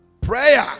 Prayer